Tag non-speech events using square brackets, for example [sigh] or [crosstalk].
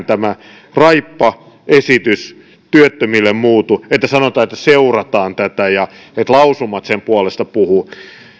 [unintelligible] tämä raippaesitys työttömille siitä miksikään muutu että sanotaan että seurataan tätä ja että lausumat sen puolesta puhuvat